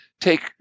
take